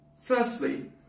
firstly